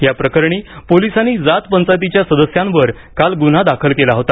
या प्रकरणी पोलिसांनी जात पंचायतीच्या सदस्यांवर काल गुन्हा दाखल केला होता